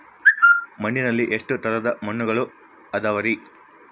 ಮಣ್ಣಿನಲ್ಲಿ ಎಷ್ಟು ತರದ ಮಣ್ಣುಗಳ ಅದವರಿ?